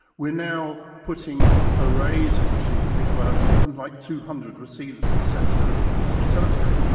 we are now putting arrays of receivers, we have ah something like two hundred receivers at the centre of each telescope.